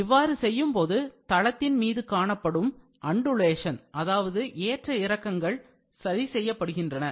இவ்வாறு செய்யும் போது தளத்தின் மீது காணப்படும் undulation அதாவது ஏற்ற இறக்கங்கள் சரி செய்யப்படுகின்றன